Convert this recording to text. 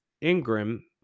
Ingram